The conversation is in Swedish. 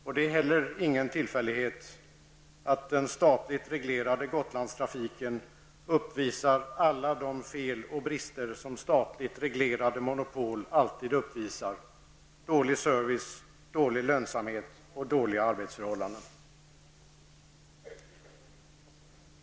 Och det är heller ingen tillfällighet att den statligt reglerade Gotlandstrafiken uppvisar alla de fel och brister som statligt reglerade monopol uppvisar -- dålig service, dålig lönsamhet och dåliga arbetsförhållanden.